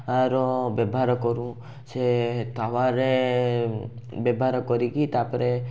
ର ବ୍ୟବହାର କରୁ ସେ ତାୱାରେ ବ୍ୟବହାର କରିକି ତା'ପରେ